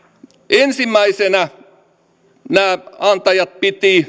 ensimmäisenä nämä antajat pitivät